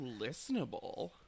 listenable